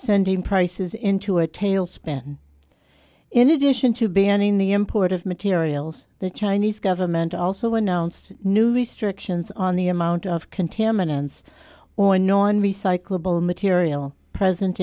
sending prices into a tailspin in addition to banning the import of materials the chinese government also announced new restrictions on the amount of contaminants or no one recyclable material present